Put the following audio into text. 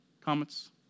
Comments